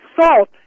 salt